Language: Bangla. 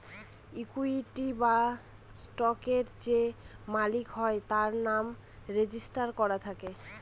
ইকুইটি বা স্টকের যে মালিক হয় তার নাম রেজিস্টার করা থাকে